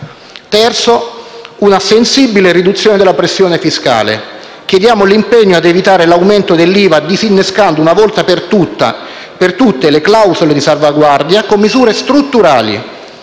Terzo: una sensibile riduzione della pressione fiscale. Chiediamo l'impegno ad evitare l'aumento dell'IVA, disinnescando una volta per tutte le clausole di salvaguardia con misure strutturali,